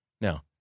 Now